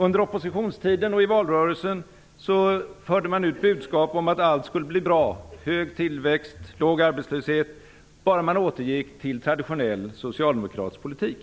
Under oppositionstiden och i valrörelsen förde man ut budskap om att allt skulle bli bra - hög tillväxt och låg arbetslöshet - bara man återgick till traditionell socialdemokratisk politik.